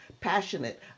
passionate